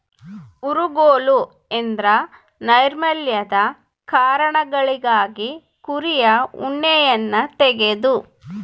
ಊರುಗೋಲು ಎಂದ್ರ ನೈರ್ಮಲ್ಯದ ಕಾರಣಗಳಿಗಾಗಿ ಕುರಿಯ ಉಣ್ಣೆಯನ್ನ ತೆಗೆದು